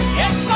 yes